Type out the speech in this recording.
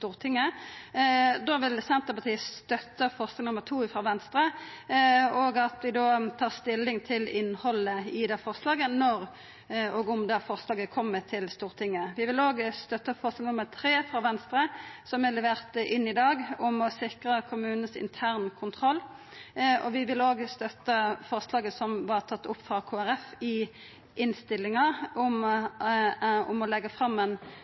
Stortinget. Då vil Senterpartiet støtta forslag nr. 2, frå Venstre, og vi tar stilling til innhaldet i det forslaget når og om det forslaget kjem til Stortinget. Vi vil òg støtta forslag nr. 3, frå Venstre, som vart levert inn i dag, om å sikra den interne kontrollen til kommunane. Og vi vil òg støtta forslaget som vart tatt opp av Kristelig Folkeparti i innstillinga, om å leggja fram ein